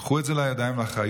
קחו את זה לידיים באחריות,